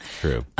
True